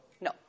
No